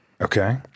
Okay